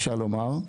אפשר לומר,